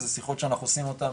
זה שיחות שאנחנו עושים אותן